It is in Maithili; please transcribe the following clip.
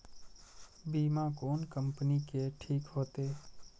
बीमा कोन कम्पनी के ठीक होते?